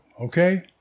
Okay